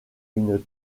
une